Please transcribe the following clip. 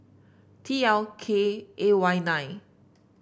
T L K A Y nine